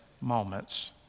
moments